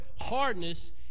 hardness